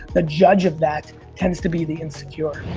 the judge of that tends to be the insecure.